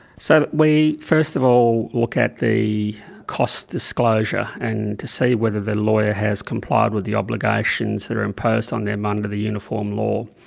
so we first of all look at the costs disclosure and to see whether the lawyer has complied with the obligations that are imposed on them under the uniform law.